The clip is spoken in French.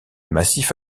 massif